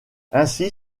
ainsi